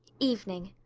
evening.